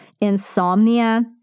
insomnia